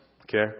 okay